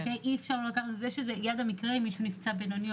אי אפשר לקחת את זה כיד המקרה שמישהו נפצע בינוני,